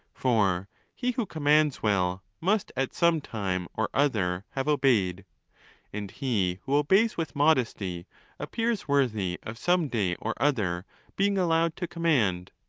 for he who commands well, must at some time or other have obeyed and he who obeys with modesty appears worthy of some day or other being allowed to command.